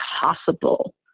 possible